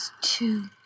two